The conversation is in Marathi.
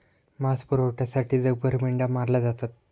मांस पुरवठ्यासाठी जगभर मेंढ्या मारल्या जातात